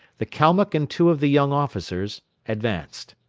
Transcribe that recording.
the kalmuck and two of the young officers, advanced.